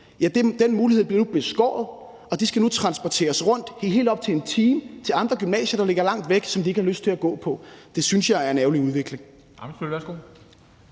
kan gøre det, bliver nu beskåret, og de elever skal nu transporteres rundt i helt op til en time til andre gymnasier, som ligger langt væk, og som de ikke har lyst til at gå på. Det synes jeg er en ærgerlig udvikling.